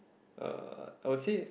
uh I would say it